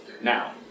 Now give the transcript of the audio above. now